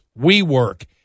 WeWork